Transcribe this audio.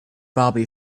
bobby